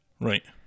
Right